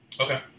Okay